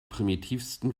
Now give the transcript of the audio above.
primitivsten